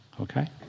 Okay